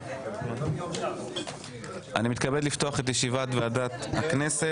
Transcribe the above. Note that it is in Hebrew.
בוקר טוב, אני מתכבד לפתוח את ישיבת ועדת הכנסת.